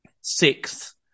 sixth